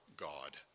God